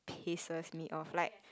pisses me off like